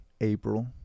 April